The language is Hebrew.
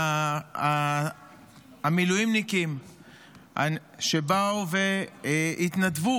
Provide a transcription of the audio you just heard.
מהמילואימניקים שבאו והתנדבו,